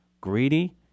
greedy